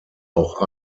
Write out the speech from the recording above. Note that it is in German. auch